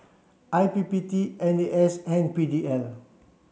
I P P T N A S and P D L